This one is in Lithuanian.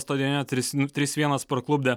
stadione trys trys vienas parklupdė